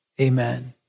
amen